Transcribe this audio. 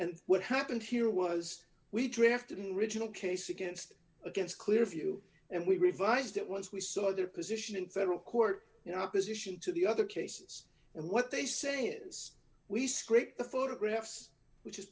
and what happened here was we drafted in regional case against against clearview and we revised it was we saw their position in federal court you know opposition to the other cases and what they say is we scrape the photographs which is